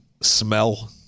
smell